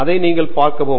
அதை நீங்கள் பார்க்கவும்